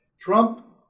Trump